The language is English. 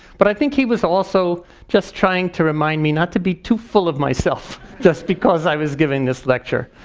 but i think he was also just trying to remind me not to be too full of myself just because i was giving this lecture.